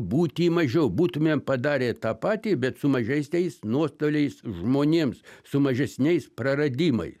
būti mažiau būtumėm padarę tą patį bet su mažesniais nuostoliais žmonėms su mažesniais praradimai